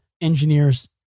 engineers